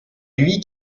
lui